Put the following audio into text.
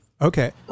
Okay